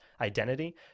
identity